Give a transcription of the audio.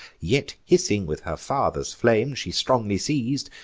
yet hissing with her father's flame, she strongly seiz'd,